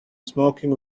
smoking